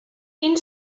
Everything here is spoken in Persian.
این